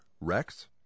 Rex